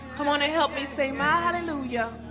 come on, and help me save my hallelujah